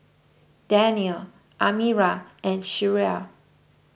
Danial Amirah and Syirah